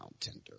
tender